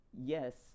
Yes